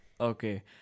Okay